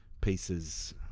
pieces